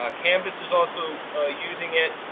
ah canvas is also using it.